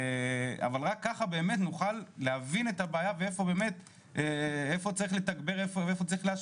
אבל רק ככה נוכל באמת להבין את הבעיה ואיפה צריך לתגבר ולהשקיע.